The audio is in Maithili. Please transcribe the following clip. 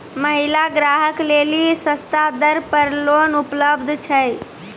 महिला ग्राहक लेली सस्ता दर पर लोन उपलब्ध छै?